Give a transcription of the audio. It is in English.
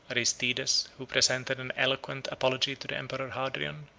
aristides, who presented an eloquent apology to the emperor hadrian,